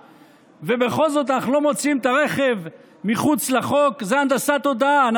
ובכל זאת אנחנו לא מוציאים את הרכב מחוץ לחוק זה הנדסת תודעה.